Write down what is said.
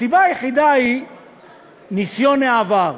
הסיבה היחידה היא ניסיון העבר.